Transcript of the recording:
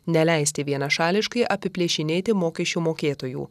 neleisti vienašališkai apiplėšinėti mokesčių mokėtojų